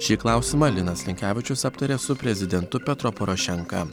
šį klausimą linas linkevičius aptarė su prezidentu petro porošenka